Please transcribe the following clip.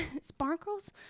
Sparkles